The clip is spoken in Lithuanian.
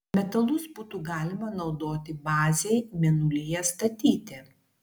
metalus būtų galima naudoti bazei mėnulyje statyti